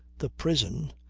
the prison,